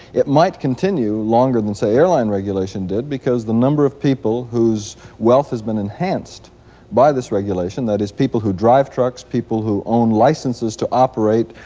it might continue longer than, say airline regulation did because the number of people whose wealth has been enhanced by this regulation, that is people who drive trucks, people who own licenses to operate,